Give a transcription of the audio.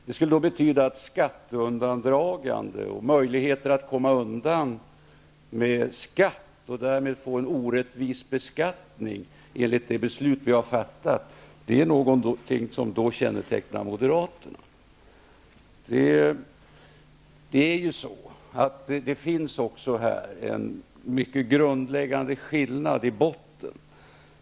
Det skulle betyda att skatteundandragande och möjligheter att komma undan skatt och få en orättvis beskattning enligt det beslut vi har fattat är något som kännetecknar Det finns här en mycket grundläggande skillnad.